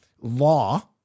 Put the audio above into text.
law